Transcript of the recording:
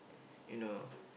you know